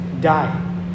die